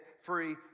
free